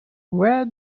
where